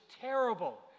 terrible